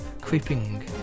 creeping